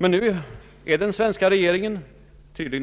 Men nu är tydligen den svenska regeringen